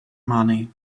money